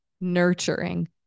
nurturing